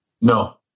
No